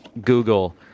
Google